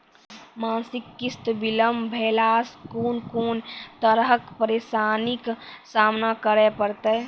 मासिक किस्त बिलम्ब भेलासॅ कून कून तरहक परेशानीक सामना करे परतै?